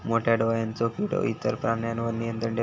मोठ्या डोळ्यांचो किडो इतर प्राण्यांवर नियंत्रण ठेवता